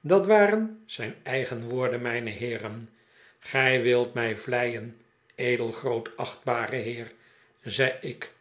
dat waren zijn eigen woorden mijne heeren gij wilt mij vleien edelgrootachtbare heer zei ik